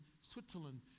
Switzerland